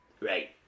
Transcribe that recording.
Right